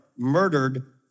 Murdered